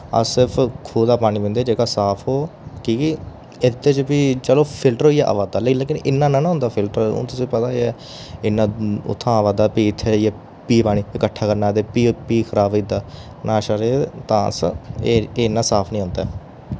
अस सिर्फ खुह् दा पानी पींदे जेह्का साफ हो की के एह्दे च फ्ही चलो फिल्टर होईयै आवा दा लेकिन इन्ना निं ना होंदा फिल्टर हुन तुसें पता गै इन्ना उत्थां आवा दा फ्ही इत्थे आइयै फ्ही पानी इकट्ठा करना ते फ्ही फ्ही खराब होई दा ना अस ते एह् इन्ना साफ निं होंदा ऐ